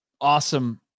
awesome